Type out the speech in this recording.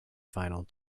final